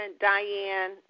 diane